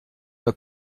m’as